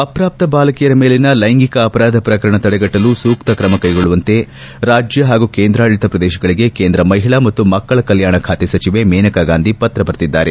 ಅಪ್ರಾಪ್ತ ಬಾಲಕಿಯರ ಮೇಲಿನ ಲೈಂಗಿಕ ಅಪರಾಧ ಪ್ರಕರಣ ತಡೆಗಟ್ಟಲು ಸೂಕ್ತ ಕ್ರಮಕ್ಕೆಗೊಳ್ಳುವಂತೆ ರಾಜ್ಯ ಹಾಗೂ ಕೇಂದ್ರಾಡಳಿತ ಪ್ರದೇಶಗಳಿಗೆ ಕೇಂದ್ರ ಮಹಿಳಾ ಮತ್ತು ಮಕ್ಕಳ ಕಲ್ಲಾಣ ಖಾತೆ ಸಚಿವೆ ಮನೇಕಾಗಾಂಧಿ ಪತ್ರ ಬರೆದಿದ್ದಾರೆ